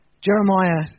Jeremiah